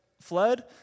fled